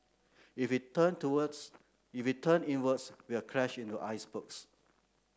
if it turn towards if it turn inwards we'll crash into icebergs